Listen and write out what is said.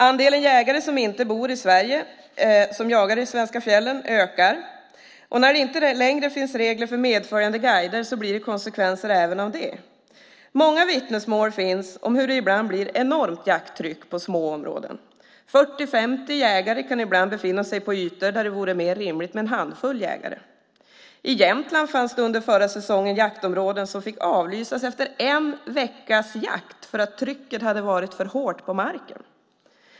Andelen jägare som inte bor i Sverige och som jagar i svenska fjällen ökar, och när det inte längre finns regler för medföljande guider blir det konsekvenser även av det. Många vittnesmål finns om hur det ibland blir ett enormt jakttryck på små områden. 40-50 jägare kan ibland befinna sig på ytor där det vore mer rimligt med en handfull jägare. I Jämtland fanns det under förra säsongen jaktområden som fick avlysas efter en veckas jakt därför att trycket hade varit för hårt på marken.